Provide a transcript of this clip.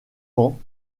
vents